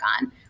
on